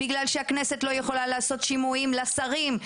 בגלל שהכנסת לא יכולה לעשות שימועים לשרים,